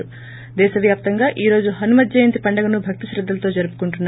థి దేశవ్యాప్తంగా ఈ రోజు హనుమత్ జయంతి పండుగను భక్తిశ్రద్గలతో జరుపుకుంటున్నారు